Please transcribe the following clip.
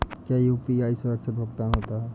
क्या यू.पी.आई सुरक्षित भुगतान होता है?